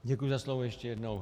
Děkuji za slovo ještě jednou.